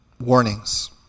warnings